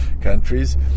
countries